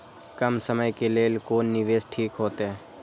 कम समय के लेल कोन निवेश ठीक होते?